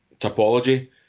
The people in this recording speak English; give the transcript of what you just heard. topology